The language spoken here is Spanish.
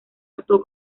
actuó